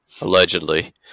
Allegedly